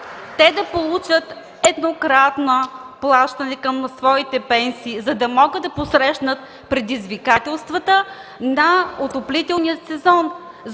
те да получат еднократно плащане към своите пенсии, за да могат да посрещнат предизвикателствата на отоплителния сезон.